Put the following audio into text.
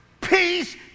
peace